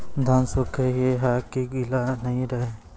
धान सुख ही है की गीला नहीं रहे?